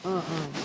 oh oh